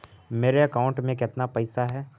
मेरे अकाउंट में केतना पैसा है?